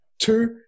Two